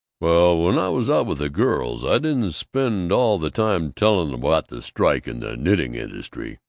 well, when i was out with the girls i didn't spend all the time telling em about the strike in the knitting industry!